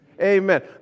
Amen